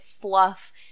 fluff